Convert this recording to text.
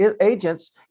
agents